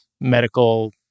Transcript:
medical